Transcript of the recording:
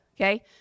okay